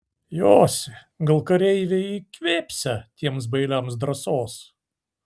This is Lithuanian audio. josi gal kareiviai įkvėpsią tiems bailiams drąsos